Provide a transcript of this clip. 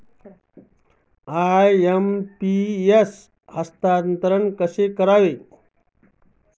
IMPS हस्तांतरण कसे करावे?